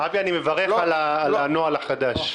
אבי, אני מברך על הנוהל החדש.